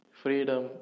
freedom